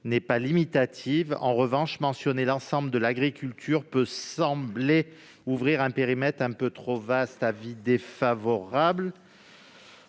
n'est pas limitative. En revanche, mentionner l'ensemble de l'agriculture semble ouvrir un périmètre un peu trop vaste. La